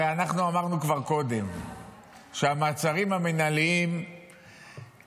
הרי אנחנו אמרנו כבר קודם שהמעצרים המינהליים נגד